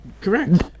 Correct